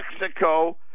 Mexico